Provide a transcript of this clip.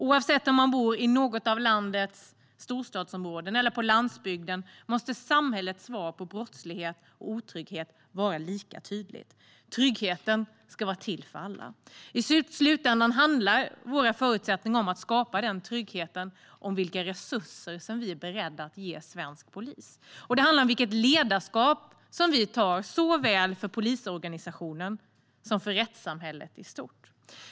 Oavsett om man bor i något av landets storstadsområden eller på landsbygden måste samhällets svar på brottslighet och otrygghet vara lika tydligt. Tryggheten ska vara till för alla. I slutändan handlar våra förutsättningar för att skapa den tryggheten om vilka resurser som vi är beredda att ge svensk polis. Och det handlar om vilket ledarskap som vi har såväl för polisorganisationen som för rättssamhället i stort.